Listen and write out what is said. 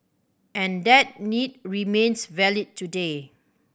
and that need remains valid today